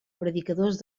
predicadors